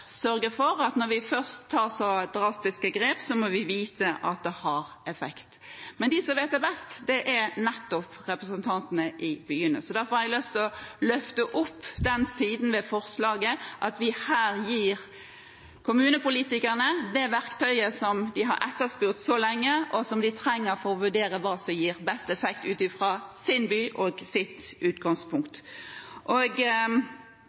sørge for at når vi først tar så drastiske grep, må vi vite at det har effekt. Men de som vet det best, er nettopp representantene i byene. Derfor har jeg lyst til å løfte fram den siden ved forslaget at vi her gir kommunepolitikerne det verktøyet som de har etterspurt så lenge, og som de trenger for å vurdere hva som gir best effekt for sin by og ut fra sitt